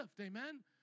Amen